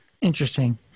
Interesting